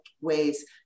ways